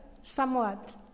somewhat